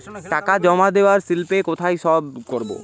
টাকা জমা দেওয়ার স্লিপে কোথায় সই করব?